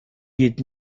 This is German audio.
geht